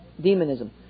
demonism